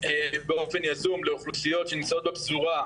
--- באופן יזום לאוכלוסיות שנמצאות בפזורה,